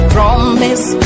Promise